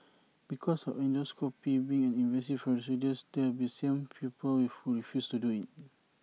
because of endoscopy being an invasive procedures there will be some people who refuse to do IT